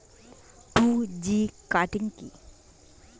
Two G cutting কি?